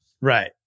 Right